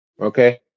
Okay